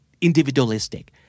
individualistic